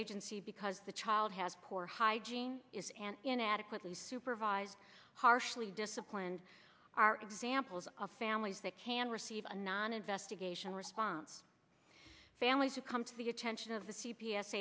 agency because the child has poor hygiene is and inadequately supervised harshly disciplined are examples of families that can receive a non investigation response families to come to the attention of the c